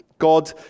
God